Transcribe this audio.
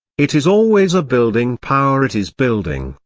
it is always a building power it is building,